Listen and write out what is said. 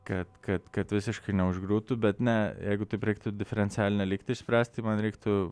kad kad kad visiškai neužgriūtų bet ne jeigu taip reiktų diferencialinę lygtį išspręsti man reiktų